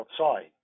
outside